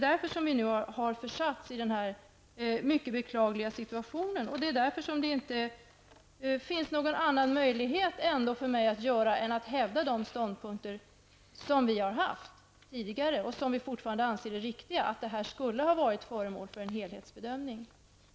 Därför har vi nu försatts i den här mycket beklagliga situationen, och därför finns det inte någon annan möjlighet för mig än att hävda den ståndpunkt som vi har haft tidigare, och som vi fortfarande anser vara riktig, nämligen att detta skulle ha varit föremål för en helhetsbedömning.